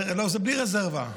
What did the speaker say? זה בלי רזרבה.